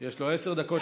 יש לו עשר דקות